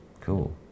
Cool